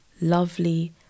lovely